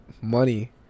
money